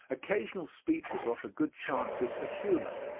occasional speeches offer good chances for humor,